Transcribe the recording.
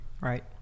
Right